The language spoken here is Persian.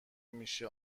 میشه